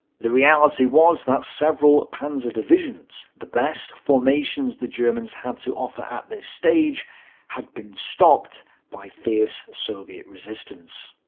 the reality was that several panzer divisions the best formations the germans had to offer at this stage had been stopped by fierce soviet resistance.